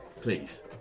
please